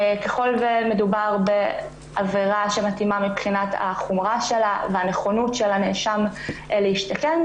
ככל שמדוב בעבירה שמתאימה מבחינת החומרה שלה והנכונות של הנאשם להשתקם,